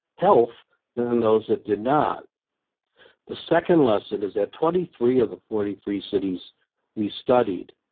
health than those that did not the second lesson is that twenty three of the forty three cities we studied,